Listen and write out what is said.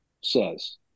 says